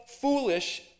foolish